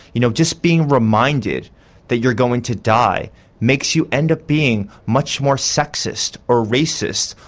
you know, just being reminded that you're going to die makes you end up being much more sexist, or racist,